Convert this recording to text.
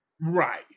Right